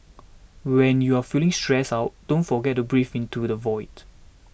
when you are feeling stressed out don't forget to breathe into the void